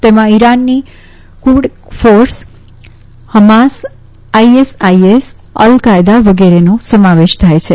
તેમાં ઈરાનની Quds force Hamas ISIS al Qaeda વગેરેનો સમાવેશ થાય છે